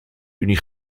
unie